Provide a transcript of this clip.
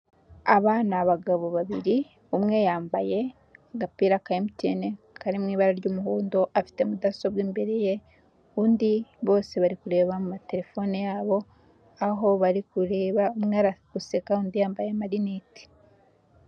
Aba ni abagabo babiri, umwe yambaye agapira ka MTN kari mu ibara ry'umuhondo afite mudasobwa imbere ye, undi bose bari kureba muri telefone yabo aho bari kureba, umwe ari guseka undi yambaye amarineti.